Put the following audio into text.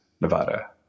nevada